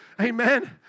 Amen